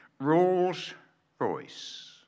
Rolls-Royce